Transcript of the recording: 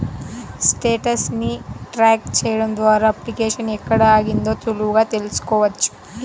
status ని track చెయ్యడం ద్వారా అప్లికేషన్ ఎక్కడ ఆగిందో సులువుగా తెల్సుకోవచ్చు